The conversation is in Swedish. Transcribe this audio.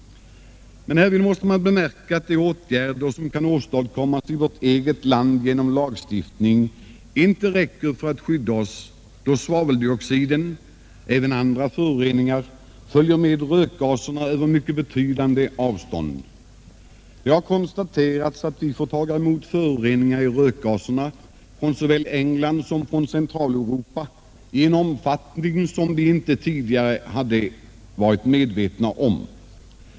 Men härvid måste man bemärka att de åtgärder som kan åstadkommas i vårt eget land genom lagstiftning inte räcker för att skydda oss, då svaveldioxiden och även andra föroreningar följer med rökgaserna på mycket betydande avstånd. Det har konstaterats att vi får ta emot föroreningar i rökgaserna från såväl England som Centraleuropa i en omfattning som vi inte tidigare hade varit medvetna om.